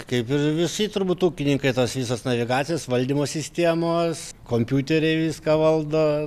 kaip ir visi turbūt ūkininkai tos visos navigacijos valdymo sistemos kompiuteriai viską valdo